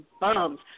bums